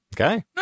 okay